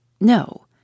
No